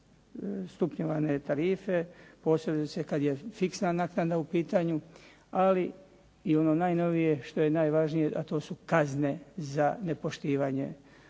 stupnjevane tarife, posebice kad je fiksna naknada u pitanju, ali i ono najnovije što je najvažnije, a to su kazne za nepoštivanje